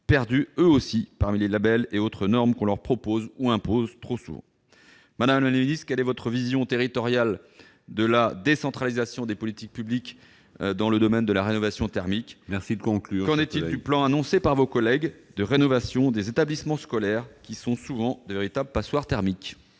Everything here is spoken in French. perdus, eux aussi, parmi les labels et autres normes qu'on leur propose ou impose trop souvent. Madame la ministre, quelle est votre vision territoriale de la décentralisation des politiques publiques dans le domaine de la rénovation thermique ? Merci de conclure, cher collègue ! Qu'en est-il du plan, annoncé par vos collègues, de rénovation des établissements scolaires, qui sont souvent de véritables passoires thermiques ?